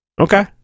Okay